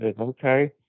Okay